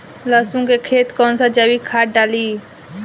लहसुन के खेत कौन सा जैविक खाद डाली?